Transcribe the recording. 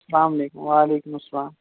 اَسلامُ عَلیکُم وَعلیکُم اَسَلام